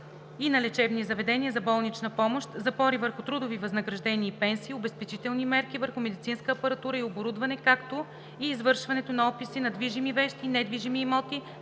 и на лечебни заведения за болнична помощ, запори върху трудови възнаграждения и пенсии, обезпечителни мерки върху медицинска апаратура и оборудване, както и извършването на описи на движими вещи и недвижими имоти,